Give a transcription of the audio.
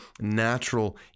natural